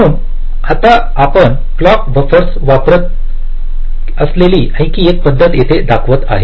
म्हणून आता आपण क्लॉक बफरस वापरत असलेली आणखी एक पद्धत येथे दाखवत आहे